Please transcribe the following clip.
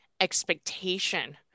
expectation